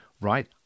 right